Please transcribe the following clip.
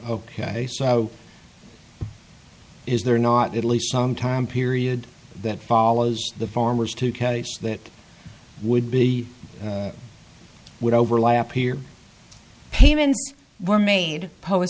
ok so is there not at least some time period that follows the farmers to case that would be would overlap here payments were made p